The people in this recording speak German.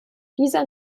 dieser